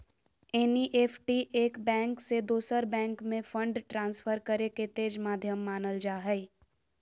NEFT एक bank से दोसर बैंक में फंड ट्रांसफर करे के तेज माध्यम मानल जा हय